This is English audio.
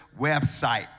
website